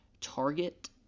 target